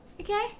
okay